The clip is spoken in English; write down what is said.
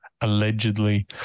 allegedly